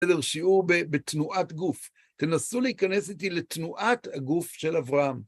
סדר שיעור ב בתנועת גוף, תנסו להיכנס איתי לתנועת הגוף של אברהם.